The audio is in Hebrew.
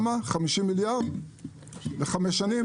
50 מיליארד לחמש שנים?